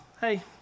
Hey